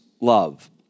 love